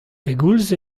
pegoulz